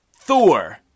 Thor